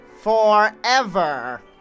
Forever